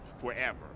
forever